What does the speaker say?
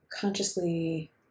consciously